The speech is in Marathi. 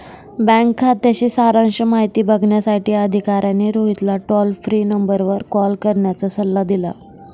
बँक खात्याची सारांश माहिती बघण्यासाठी अधिकाऱ्याने रोहितला टोल फ्री नंबरवर कॉल करण्याचा सल्ला दिला